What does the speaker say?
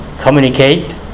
communicate